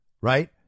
Right